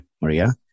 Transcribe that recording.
Maria